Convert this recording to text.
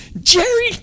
Jerry